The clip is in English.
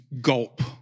gulp